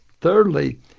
Thirdly